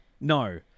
No